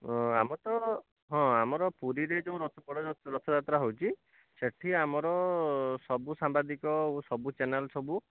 ଅ ଆମର ତ ହଁ ଆମର ପୁରୀରେ ଯେଉଁ ରଥ ବଡ଼ ରଥଯାତ୍ରା ହେଉଛି ସେଇଠି ଆମର ସବୁ ସାମ୍ବାଦିକ ଓ ସବୁ ଚ୍ୟାନେଲ୍ ସବୁ